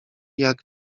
jak